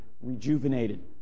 rejuvenated